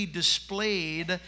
displayed